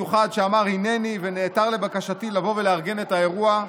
"הינני" ונעתר לבקשתי לבוא ולארגן את האירוע,